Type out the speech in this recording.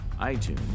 iTunes